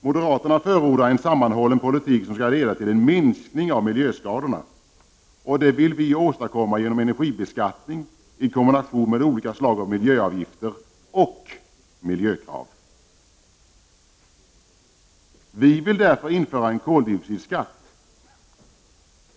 Moderaterna förordar en sammanhållen politik som skall leda till en minskning av miljöskadorna. Detta vill vi åstadkomma genom energibeskattning i kombination med olika slag av miljöavgifter och miljökrav. Vi vill därför införa en koldioxidskatt.